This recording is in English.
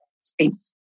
space